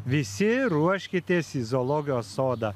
visi ruoškitės į zoologijos sodą